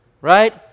right